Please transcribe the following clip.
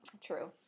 True